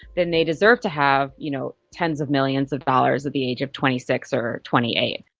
then they deserve to have you know tens of millions of dollars at the age of twenty six or twenty eight.